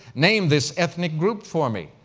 name this ethnic group for me.